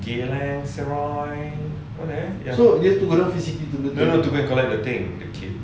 geylang serai no no to go collect the kit